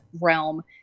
realm